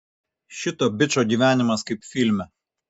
šito bičo gyvenimas kaip filme